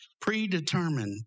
Predetermined